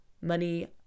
Money